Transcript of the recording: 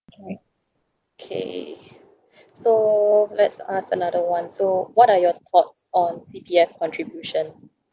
okay so let's ask another one so what are your thoughts on C_P_F contribution